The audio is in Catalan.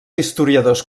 historiadors